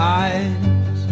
eyes